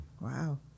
Wow